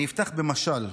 אני אפתח במשל.